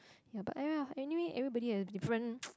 ya but ya anyway everybody have different